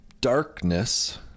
darkness